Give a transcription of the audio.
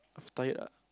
of tired ah